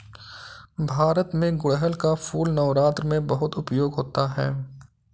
भारत में गुड़हल का फूल नवरात्र में बहुत उपयोग होता है